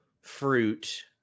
fruit